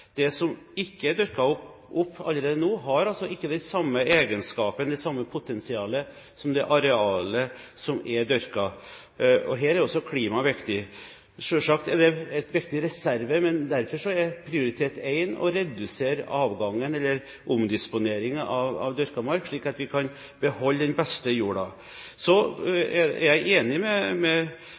Det som ikke er dyrket opp allerede nå, har ikke den samme egenskapen, det samme potensialet, som det arealet som er dyrket. Her er også klimaet viktig. Selvsagt er det en viktig reserve, men derfor er prioritet nr. én å redusere avgangen eller omdisponeringen av dyrket mark, slik at vi kan beholde den beste jorda. Så er jeg enig med